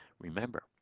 remember